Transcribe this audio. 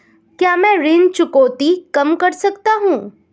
क्या मैं ऋण चुकौती कम कर सकता हूँ?